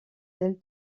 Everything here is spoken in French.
celle